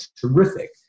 terrific